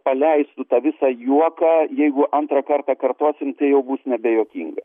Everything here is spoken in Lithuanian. paleistų tą visą juoką jeigu antrą kartą kartosim tai jau bus nebejuokinga